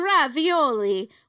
ravioli